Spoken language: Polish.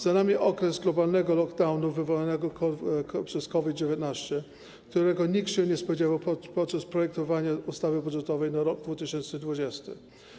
Za nami okres globalnego lockdownu wywołanego przez COVID-19, którego nikt się nie spodziewał podczas projektowania ustawy budżetowej na rok 2020.